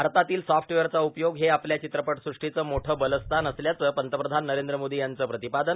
भारतातील सॉफ्टवेअरचा उपयोग हे आपल्या चित्रपट सुष्टीचं मोठ बलस्थान असल्याचं पंतप्रधान नरेंद्र मोदी यांचं प्रतिपादन